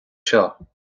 seo